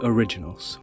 Originals